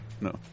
No